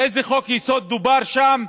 על איזה חוק-יסוד דובר שם?